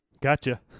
Gotcha